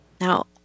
Now